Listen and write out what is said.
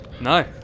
No